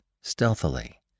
stealthily